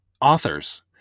authors